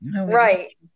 Right